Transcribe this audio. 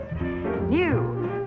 New